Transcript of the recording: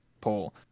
poll